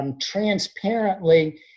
Transparently